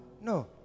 no